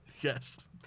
Yes